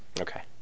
Okay